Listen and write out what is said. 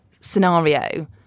scenario